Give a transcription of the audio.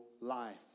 life